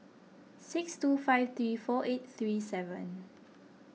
six two five three four eight three seven